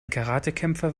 karatekämpfer